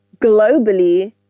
globally